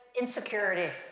insecurity